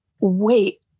wait